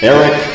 Eric